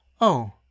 Oh